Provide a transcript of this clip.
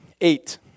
eight